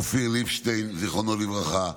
אופיר ליבשטיין, זיכרונו לברכה,